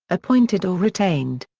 appointed or retained.